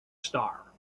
star